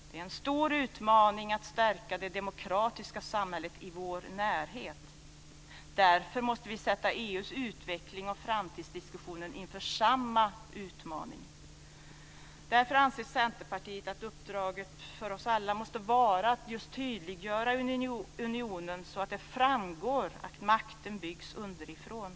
Det är en stor utmaning att stärka det demokratiska samhället i vår närhet. Därför måste vi sätta EU:s utveckling och framtidsdiskussionen inför samma utmaning. Därför anser Centerpartiet att uppdraget för oss alla måste vara att just tydliggöra unionen, så att det framgår att makten byggs underifrån.